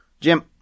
Jim